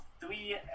three